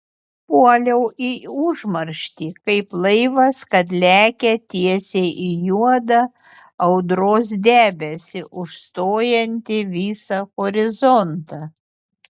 puoliau į užmarštį kaip laivas kad lekia tiesiai į juodą audros debesį užstojantį visą horizontą